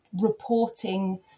reporting